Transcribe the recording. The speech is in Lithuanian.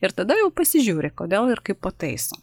ir tada jau pasižiūri kodėl ir kaip pataiso